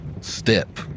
step